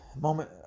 moment